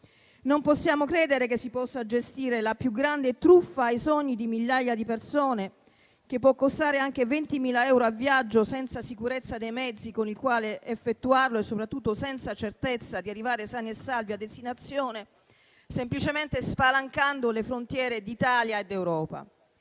Non possiamo credere che si possa gestire la più grande truffa ai sogni di migliaia di persone, che può costare anche 20.000 euro a viaggio, senza sicurezza dei mezzi con i quali effettuarlo e soprattutto senza certezza di arrivare sani e salvi a destinazione, semplicemente spalancando le frontiere d'Italia e d'Europa.